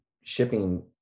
shipping